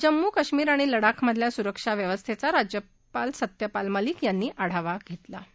जम्मू कश्मीर आणि लडाखमधल्या सुरखा व्यवस्थद्या राज्यपाल सत्यपाल मलिक यांनी आढावा घरलेा